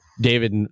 David